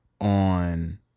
on